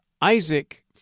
Isaac